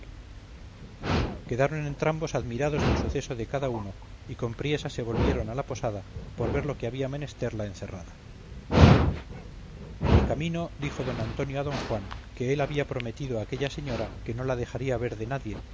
quedaron entrambos admirados del suceso de cada uno y con priesa se volvieron a la posada por ver lo que había menester la encerrada en el camino dijo don antonio a don juan que él había prometido a aquella señora que no la dejaría ver de nadie